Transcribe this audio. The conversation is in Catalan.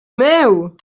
meu